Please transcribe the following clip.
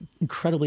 incredibly